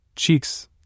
cheeks